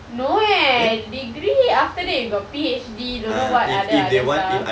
no eh degree after that you got P_H_D don't know what other other stuff